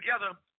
together